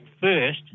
first